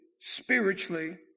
spiritually